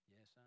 Yes